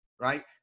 right